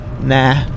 Nah